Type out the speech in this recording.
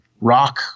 rock